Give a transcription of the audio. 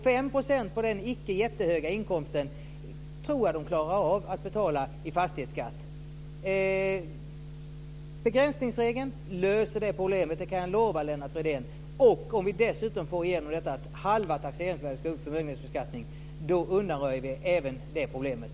5 % på en icke väldigt hög inkomst tror jag att de klarar att betala i fastighetsskatt. Genom begränsningsregeln löses problemet; det kan jag lova Lennart Fridén. Får vi dessutom igenom att halva taxeringsvärdet ska tas upp vid förmögenhetsbeskattning undanröjs även det problemet.